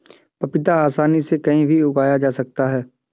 पपीता आसानी से कहीं भी उगाया जा सकता है